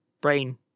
brain